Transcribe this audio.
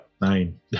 nine